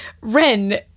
Ren